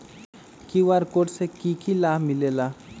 QR code से कि कि लाव मिलेला?